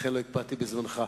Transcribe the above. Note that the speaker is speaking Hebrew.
לכן לא הקפדתי בזמנך.